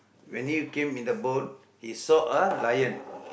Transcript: when he came in the boat he saw a lion